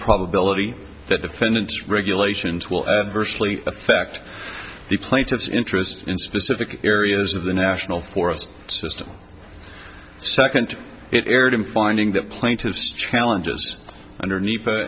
probability that defendant's regulations will adversely affect the plaintiff's interest in specific areas of the national forest system second it erred in finding that plaintiff's challenges underneath